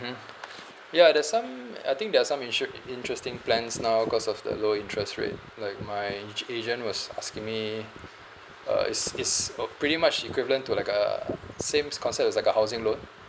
mm ya there's some I think there are some insured in~ interesting plans now because of the low interest rate like my ge~ agent was asking me uh is is ugh pretty much equivalent to like uh sames concept was like a housing loan